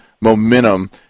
momentum